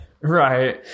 Right